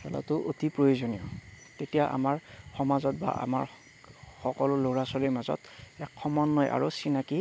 খেলাতো অতি প্ৰয়োজনীয় তেতিয়া আমাৰ সমাজত বা আমাৰ সকলো ল'ৰা ছোৱালীৰ মাজত এক সমন্বয় আৰু চিনাকি